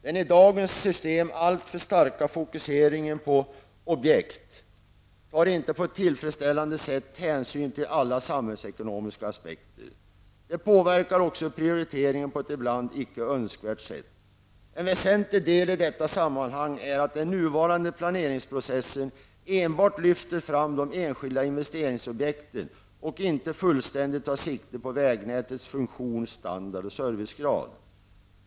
Den i dagens system alltför starka fokuseringen på objekt tar inte på ett tillfredsställande sätt hänsyn till alla samhällsekonomiska aspekter. Den påverkar också prioriteringen på ett ibland icke önskvärt sätt. En väsentlig del i detta sammanhang är att den nuvarande planeringsprocessen enbart lyfter fram de enskilda investeringsobjekten och inte fullständigt tar sikte på vägnätets funktion, standard och servicegrad.